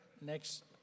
next